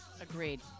Agreed